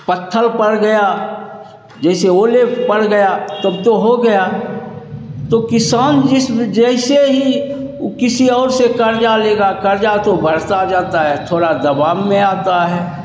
पत्थर पड़ गया जैसे ओले पड़ गए तब तो हो गया तो किसान जिस जैसे ही किसी और से कर्ज़ लेगा कर्ज़ तो बढ़ता जाता है थोड़ा दबाव में आता है